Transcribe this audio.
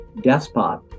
despot